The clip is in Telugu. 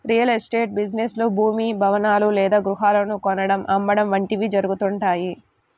రియల్ ఎస్టేట్ బిజినెస్ లో భూమి, భవనాలు లేదా గృహాలను కొనడం, అమ్మడం వంటివి జరుగుతుంటాయి